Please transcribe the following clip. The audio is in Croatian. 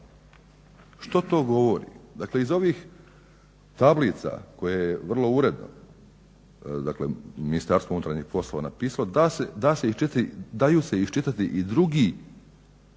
Što to govori? Dakle iz ovih tablica koje je vrlo uredno Ministarstvo unutarnjih poslova napisalo daju se iščitati i drugi,